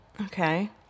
okay